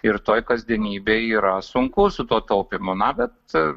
ir toj kasdienybėj yra sunku su tuo taupymu na bet